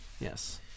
Yes